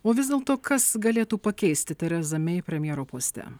o vis dėlto kas galėtų pakeisti terezą mei premjero poste